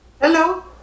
Hello